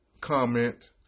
comment